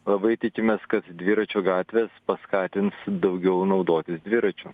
labai tikimės kad dviračių gatvės paskatins daugiau naudotis dviračiu